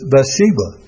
Bathsheba